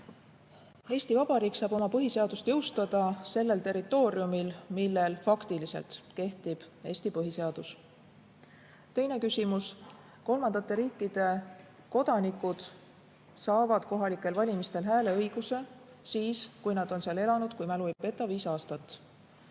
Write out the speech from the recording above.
Eesti Vabariik saab oma põhiseadust jõustada sellel territooriumil, kus faktiliselt kehtib Eesti põhiseadus. Teine küsimus. Kolmandate riikide kodanikud saavad kohalikel valimistel hääleõiguse siis, kui nad on [Eestis] elanud, kui mu mälu ei peta, viis aastat.